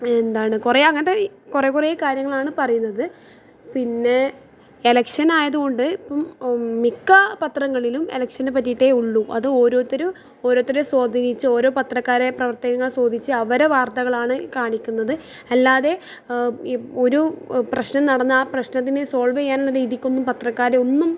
എന്താണ് കുറെ അങ്ങനത്തെ കുറെ കുറെ കാര്യങ്ങളാണ് പറയുന്നത് പിന്നെ എലക്ഷനായത് കൊണ്ട് ഇപ്പം മിക്ക പത്രങ്ങളിലും എലക്ഷനെ പറ്റിയിട്ടെ ഉള്ളു അത് ഓരോരുത്തരും ഓരോരുത്തരെ സ്വാധീനിച്ച് ഓരോ പത്രക്കാരെ പ്രവൃത്തികൾ ചോദിച്ച് അവരുടെ വാർത്തകളാണ് കാണിക്കുന്നത് അല്ലാതെ ഈ ഒരു പ്രശ്നം നടന്നാൽ ആ പ്രശ്നത്തിന് സോൾവ് ചെയ്യാനുള്ള രീതിക്കൊന്നും പത്രക്കാരൊന്നും